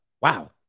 Wow